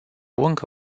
încă